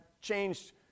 changed